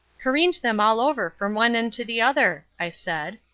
careened them all over from one end to the other, i said.